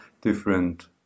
different